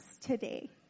today